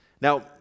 Now